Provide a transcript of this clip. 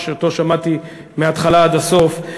שאותו שמעתי מההתחלה עד הסוף,